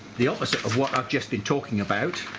the opposite of what i've just been talking about